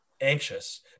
anxious